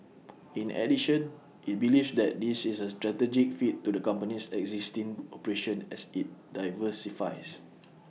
in addition IT believes that this is A strategic fit to the company's existing operation as IT diversifies